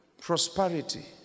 prosperity